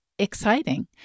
Exciting